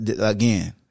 again